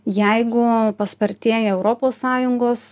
jeigu paspartėja europos sąjungos